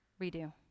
redo